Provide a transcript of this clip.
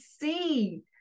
see